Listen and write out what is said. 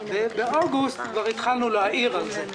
ובאוגוסט כבר התחלנו להעיר על זה.